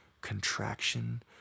contraction